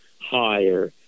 higher